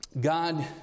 God